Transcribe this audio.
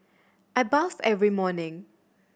I bathe every morning